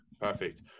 perfect